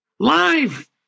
live